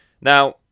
Now